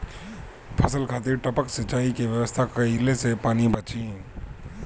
फसल खातिर टपक सिंचाई के व्यवस्था कइले से पानी बंची